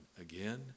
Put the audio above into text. again